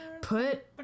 put